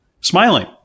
smiling